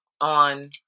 on